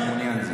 אתה מעוניין,